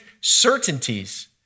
certainties